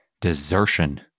Desertion